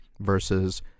versus